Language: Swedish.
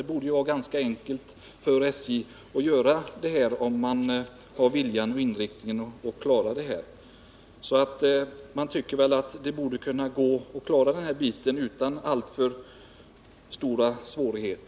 Det borde vara ganska enkelt för SJ, om man bara vill göra det och inriktar sig på att klara det.